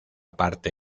parte